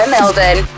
Melbourne